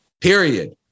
period